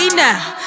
now